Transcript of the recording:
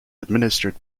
administered